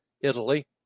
Italy